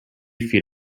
feet